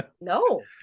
No